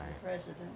President